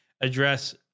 address